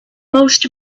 most